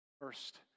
First